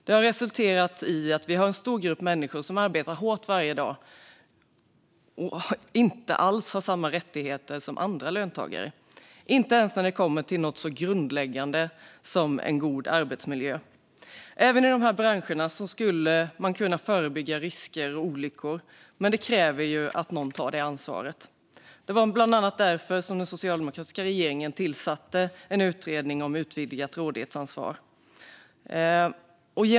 Det har resulterat i att en stor grupp människor arbetar hårt varje dag men inte alls har samma rättigheter som andra löntagare - inte ens när det kommer till något så grundläggande som en god arbetsmiljö. Även i dessa branscher skulle man kunna förebygga risker och olyckor, men det kräver ju att någon tar det ansvaret. Det var bland annat därför den socialdemokratiska regeringen tillsatte en utredning om utvidgat rådighetsansvar.